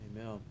Amen